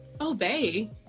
Obey